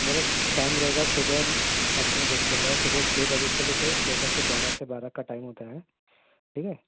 میرا ٹائم رہے گا صبح آپ کو میں جیسے بتایا صبح چھ بجے سے لے کے دوپہر کے گیارہ سے بارہ کا ٹائم ہوتا ہے ٹھیک ہے